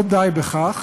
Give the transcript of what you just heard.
לא די בכך,